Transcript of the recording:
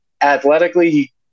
athletically